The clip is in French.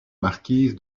marquise